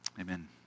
Amen